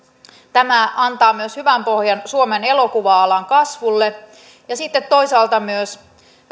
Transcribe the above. tämä antaa myös hyvän pohjan suomen elokuva alan kasvulle ja sitten toisaalta myös